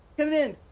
come in.